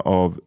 av